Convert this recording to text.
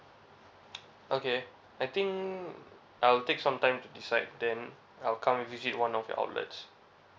okay I think I will take some time to decide then I will come and visit one of your outlets